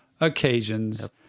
occasions